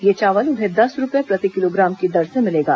यह चावल उन्हें दस रूपए प्रति किलोग्राम की दर से मिलेगा